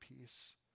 peace